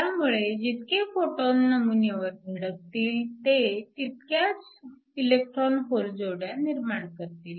त्यामुळे जितके फोटॉन नमुन्यावर धडकतील ते तितक्याच इलेक्ट्रॉन होल जोड्या निर्माण करतील